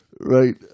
Right